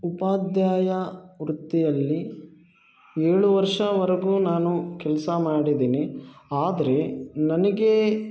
ಉಪಾಧ್ಯಾಯ ವೃತ್ತಿಯಲ್ಲಿ ಏಳು ವರ್ಷವರೆಗೂ ನಾನು ಕೆಲಸ ಮಾಡಿದ್ದೀನಿ ಆದರೆ ನನಗೆ